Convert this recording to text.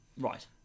right